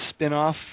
spinoff